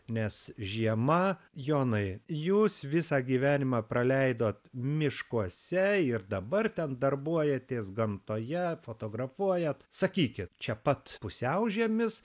nes žiema jonai jūs visą gyvenimą praleidot miškuose ir dabar ten darbuojatės gamtoje fotografuojat sakykit čia pat pusiaužiemis